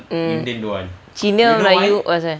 mm cina melayu oh asal